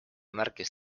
märkis